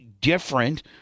different